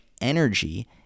energy